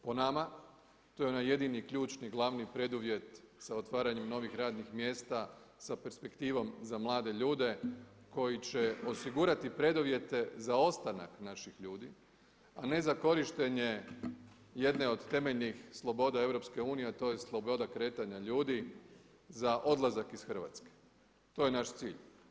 Po nama, to je onaj jedini ključni glavni preduvjet sa otvaranjem novih radnih mjesta sa perspektivom za mlade ljude koji će osigurati preduvjete za ostanak naših ljudi, a ne za korištenje jedne od temeljnih sloboda EU, a to je sloboda kretanja ljudi za odlazak iz Hrvatske, to je naš cilj.